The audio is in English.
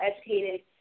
educated